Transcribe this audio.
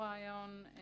עקרונית